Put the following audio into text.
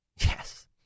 Yes